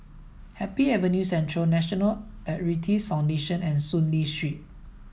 Happy Avenue Central National Arthritis Foundation and Soon Lee Street